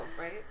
right